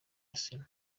arsenal